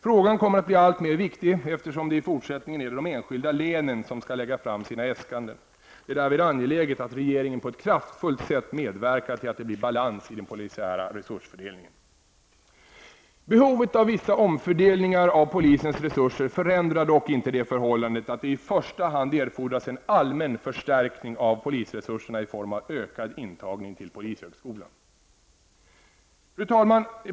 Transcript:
Frågan kommer att bli alltmer viktig, eftersom det i fortsättningen är de enskilda länen som skall lägga fram sina äskanden. Det är därvid angeläget att regeringen på ett kraftfullt sätt medverkar till att det blir balans i den polisiära resursfördelningen. Behovet av vissa omfördelningar av polisens resurser förändrar dock inte det förhållandet att det i första hand erfordras en allmän förstärkning av polisresurserna i form av ökad intagning till polishögskolan. Fru talman!